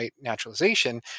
naturalization